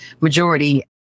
majority